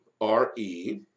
R-E